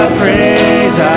praise